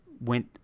went